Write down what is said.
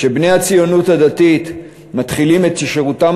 שבני הציונות הדתית מתחילים את שירותם